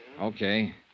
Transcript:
Okay